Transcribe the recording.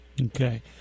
Okay